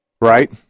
Right